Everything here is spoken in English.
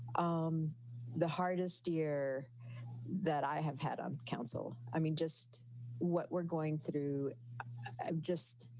um the hardest year that i have had on council. i mean, just what we're going through just